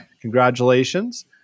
congratulations